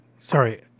Sorry